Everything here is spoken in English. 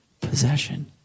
possession